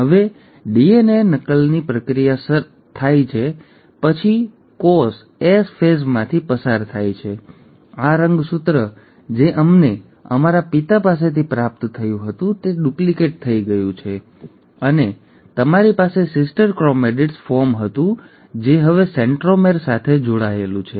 હવે ડીએનએ નકલની પ્રક્રિયા થયા પછી કોષ S ફેઝમાંથી પસાર થયો છે આ રંગસૂત્ર જે અમને અમારા પિતા પાસેથી પ્રાપ્ત થયું હતું તે ડુપ્લિકેટ થઈ ગયું અને તમારી પાસે સિસ્ટર ક્રોમેટિડ્સ ફોર્મ હતું જે હવે સેન્ટ્રોમેર સાથે જોડાયેલું છે